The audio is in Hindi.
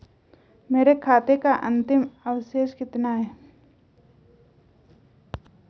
मेरे खाते का अंतिम अवशेष कितना है?